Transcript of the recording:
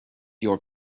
your